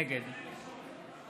נגד